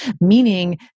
meaning